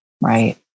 Right